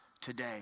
today